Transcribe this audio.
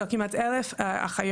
של כמעט 1000 אחיות